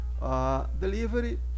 Delivery